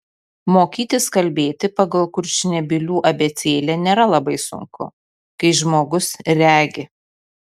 mokytis kalbėti pagal kurčnebylių abėcėlę nėra labai sunku kai žmogus regi